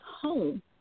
home